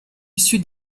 sud